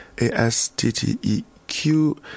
A-S-T-T-E-Q